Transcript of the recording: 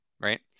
right